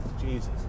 Jesus